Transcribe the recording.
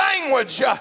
language